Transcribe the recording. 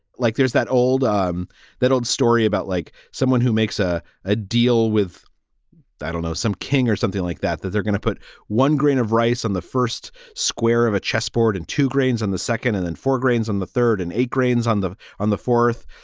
like there's that old that old story about like someone who makes a a deal with that or know some king or something like that, that they're going to put one grain of rice on the first square of a chessboard and two grains on the second and then four grains on the third and eight grains on the on the fourth.